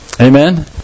Amen